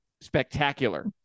spectacular